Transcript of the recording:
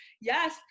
Yes